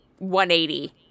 180